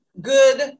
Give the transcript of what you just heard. good